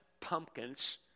pumpkins